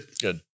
Good